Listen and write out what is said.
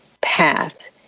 path